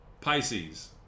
Pisces